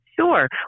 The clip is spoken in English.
Sure